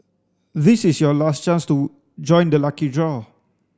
this is your last chance to join the lucky draw